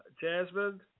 Jasmine